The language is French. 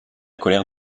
colère